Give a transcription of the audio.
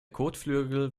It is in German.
kotflügel